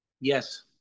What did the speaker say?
Yes